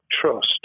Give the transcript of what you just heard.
trust